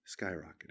skyrocketing